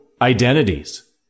identities